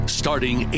starting